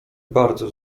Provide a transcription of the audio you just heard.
bardzo